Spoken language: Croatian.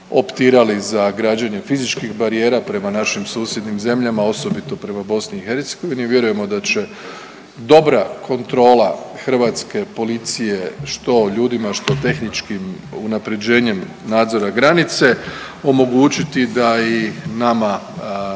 optirali za građenje fizičkih barijera prema našim susjednim zemljama osobito prema BiH. Vjerujem da će dobra kontrola hrvatske policije što ljudima, što tehničkim unapređenjem nadzora granice omogućiti da i nama